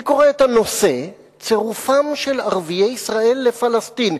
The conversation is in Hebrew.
אני קורא את הנושא: צירופם של ערביי ישראל לפלסטין.